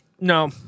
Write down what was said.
No